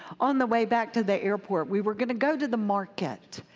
on the way back to the airport. we were going to go to the market.